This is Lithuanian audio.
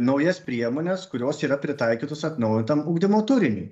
naujas priemones kurios yra pritaikytos atnaujintam ugdymo turiniui